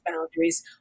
boundaries